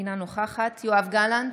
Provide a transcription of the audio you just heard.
אינה נוכחת יואב גלנט,